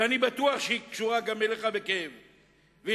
ואני בטוח שהיא קשורה גם אליך בכאב ואכפתיות.